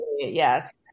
yes